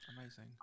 Amazing